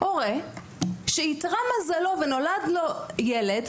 הורה שאיתרע מזלו ונולד לו ילד,